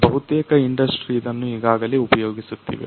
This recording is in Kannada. ಬಹುತೇಕ ಇಂಡಸ್ಟ್ರಿ ಇದನ್ನ ಈಗಾಗಲೇ ಉಪಯೋಗಿಸುತ್ತಿವೆ